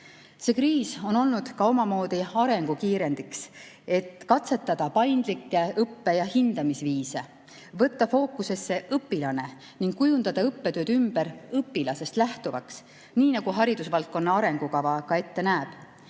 See kriis on olnud ka omamoodi arengukiirendiks, et katsetada paindlikke õppe- ja hindamisviise, võtta fookusesse õpilane ning kujundada õppetööd ümber õpilasest lähtuvaks, nii nagu haridusvaldkonna arengukava ette näeb.